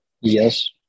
Yes